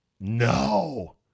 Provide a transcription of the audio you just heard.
No